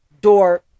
door